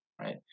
right